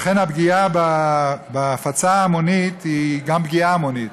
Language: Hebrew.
לכן, הפגיעה בהפצה ההמונית היא גם פגיעה המונית,